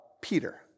Peter